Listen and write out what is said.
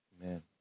Amen